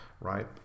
right